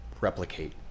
replicate